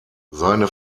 seine